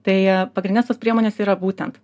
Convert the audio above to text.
tai pagrindinės tos priemonės yra būtent